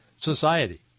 society